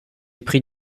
pris